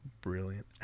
brilliant